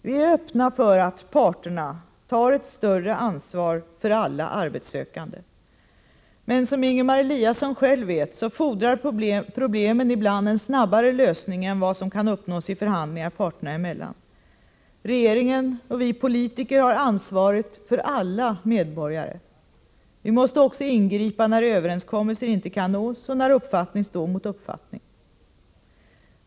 Vi är öppna för att parterna tar ett större ansvar för alla arbetssökande. Men, som Ingemar Eliasson själv vet, fordrar problemen ibland en snabbare lösning än vad som kan uppnås i förhandlingar parterna emellan. Regeringen och vi politiker har ansvaret för alla medborgare. Vi måste också ingripa när överenskommelser inte kan nås, och när uppfattning står mot uppfattning.